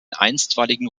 einstweiligen